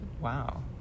wow